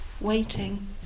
waiting